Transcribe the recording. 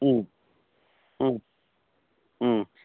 ও ও